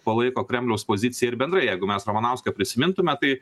palaiko kremliaus poziciją ir bendrai jeigu mes ramanauską prisimintume tai